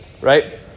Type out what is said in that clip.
right